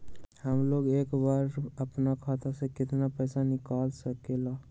हमलोग एक बार में अपना खाता से केतना पैसा निकाल सकेला?